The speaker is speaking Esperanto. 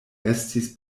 estis